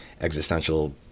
existential